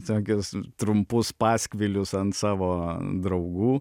visokius trumpus paskvilius ant savo draugų